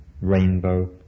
rainbow